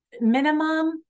minimum